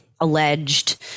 alleged